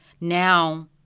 now—